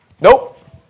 Nope